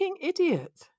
idiot